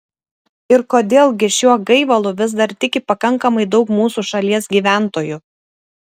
ir kodėl gi šiuo gaivalu vis dar tiki pakankamai daug mūsų šalies gyventojų